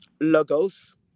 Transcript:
logos